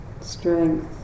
strength